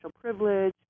privilege